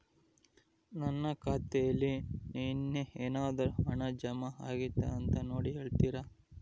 ನನ್ನ ಖಾತೆಯಲ್ಲಿ ನಿನ್ನೆ ಏನಾದರೂ ಹಣ ಜಮಾ ಆಗೈತಾ ಅಂತ ನೋಡಿ ಹೇಳ್ತೇರಾ?